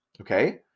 Okay